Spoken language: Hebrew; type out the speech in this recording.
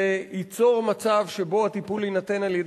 זה ייצור מצב שבו הטיפול יינתן על-ידי